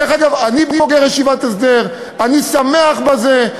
דרך אגב, אני בוגר ישיבת הסדר, אני שמח בזה.